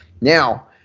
Now